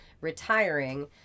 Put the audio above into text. retiring